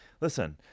listen